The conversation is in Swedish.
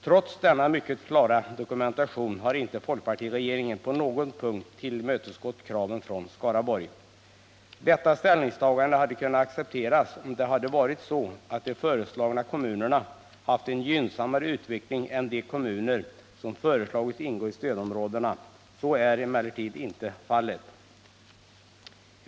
Trots denna mycket klara dokumentation har inte folkpartiregeringen på någon punkt tillmötesgått kraven från Skaraborg. Detta ställningstagande hade kunnat accepteras, om det hade varit så att de föreslagna kommunerna haft en gynnsammare utveckling än de kommuner som föreslagits ingå i stödområdena. Så är emellertid inte fallet.